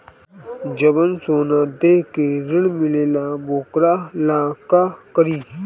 जवन सोना दे के ऋण मिलेला वोकरा ला का करी?